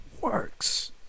works